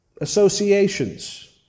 associations